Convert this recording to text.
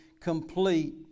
complete